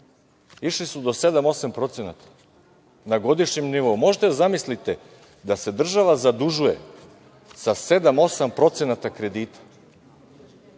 išli su do 7-8% na godišnjem nivou. Možete da zamislite da se država zadužuje sa 7-8% kamate na kredit